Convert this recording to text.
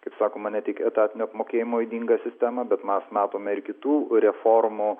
kaip sakoma ne tik etatinio apmokėjimo ydingą sistemą bet mes matome ir kitų reformų